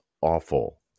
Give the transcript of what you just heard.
awful